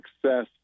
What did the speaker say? success